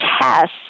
tests